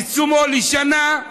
יישומו, בשנה,